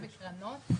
בנוסף,